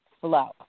flow